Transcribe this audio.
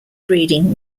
breeding